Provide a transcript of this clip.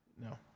No